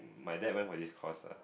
my dad went for this course ah